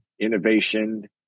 Innovation